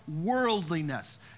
worldliness